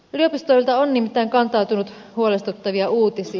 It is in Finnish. yliopistoilta on nimittäin kantautunut huolestuttavia uutisia